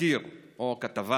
תחקיר או כתבה